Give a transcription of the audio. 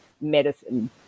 medicine